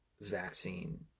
vaccine